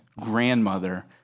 grandmother